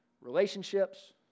Relationships